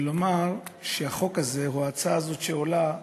ולומר שהחוק הזה, או ההצעה הזאת, שעולה בכנסת,